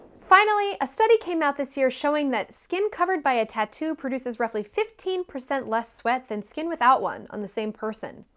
finally, a study came out this year showing that skin covered by a tattoo produces roughly fifteen percent less sweat than skin without one on the same person.